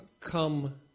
come